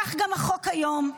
כך גם החוק היום,